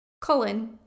colon